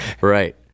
Right